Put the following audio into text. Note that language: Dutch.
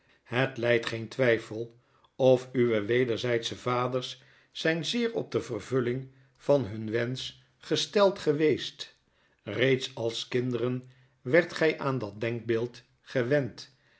het lydt geen twyfel of uwe wederzydsche vaders zyn zeer op de vervulling van hun wensch gesteld geweest reeds als kinderen werd gy aan dat denkbeeld gewend